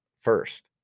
first